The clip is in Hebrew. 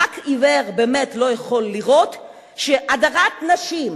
רק עיוור לא יכול לראות שהדרת נשים,